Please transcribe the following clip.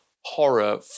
horror